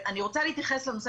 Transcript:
אני רוצה להתייחס לנושא,